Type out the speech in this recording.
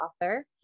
author